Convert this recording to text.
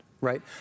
Right